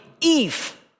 Eve